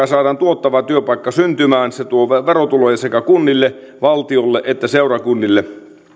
saadaan tuottava työpaikka syntymään tuo verotuloja sekä kunnille valtiolle että seurakunnille